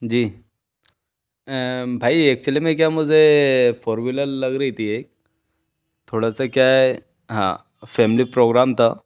जी भाई एक्चुअल्ली में क्या मुझे फोर वीलर लग रहती है थोड़ा सा क्या है हाँ फ़ैमिली प्रोग्राम था